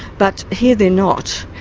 but here they're not.